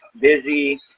Busy